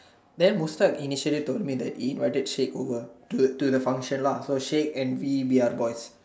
then Mustak initiated told me that he invited shake over to to the function lah so shake and bee we are boy